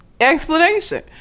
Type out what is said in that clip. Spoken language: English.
explanation